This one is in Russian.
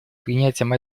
принятием